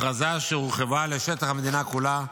הכרזה שהורחבה לשטח המדינה כולה.